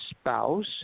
spouse